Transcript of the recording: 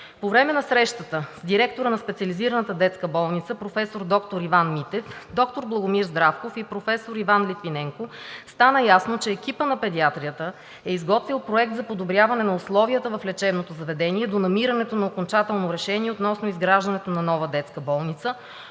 По време на срещата с директора на Специализираната детска болница „Професор д-р Иван Митев“ ЕАД доктор Богомил Здравков и професор Иван Литвиненко стана ясно, че екипът на педиатрията е изготвил проект за подобряване на условията в лечебното заведение до намирането на окончателно решение относно изграждането на нова детска болница.